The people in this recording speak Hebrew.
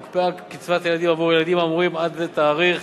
הוקפאה קצבת הילדים עבור הילדים האמורים עד לתאריך